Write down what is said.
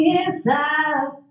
inside